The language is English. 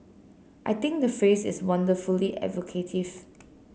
I think the phrase is wonderfully evocative